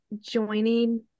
joining